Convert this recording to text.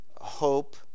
Hope